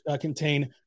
contain